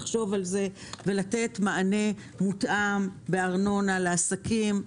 לתת מענה מותאם בארנונה לעסקים.